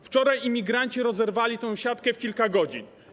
Wczoraj imigranci rozerwali tę siatkę w kilka godzin.